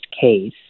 case